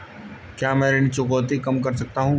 क्या मैं ऋण चुकौती कम कर सकता हूँ?